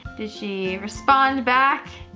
did she respond back?